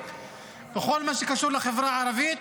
בכל מה שקשור לחברה הערבית,